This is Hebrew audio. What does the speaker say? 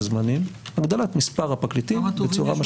זמנים הוא הגדלת מספר הפרקליטים בצורה משמעותית.